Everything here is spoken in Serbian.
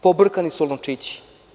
Pobrkani su lončići.